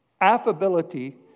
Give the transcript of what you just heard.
Affability